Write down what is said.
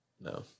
no